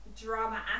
drama